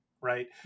Right